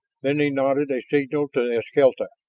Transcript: then he nodded a signal to eskelta.